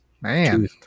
Man